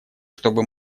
чтобы